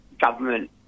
government